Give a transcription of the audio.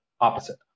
opposite